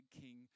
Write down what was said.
king